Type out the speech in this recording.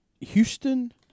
Houston